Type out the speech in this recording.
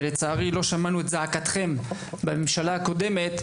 ולצערי לא שמענו את זעקתכם בממשלה הקודמת,